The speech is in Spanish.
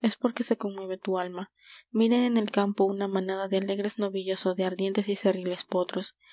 es porque se conmueve tu alma mira en el campo una manada de alegres novillos ó de ardientes y cerriles potros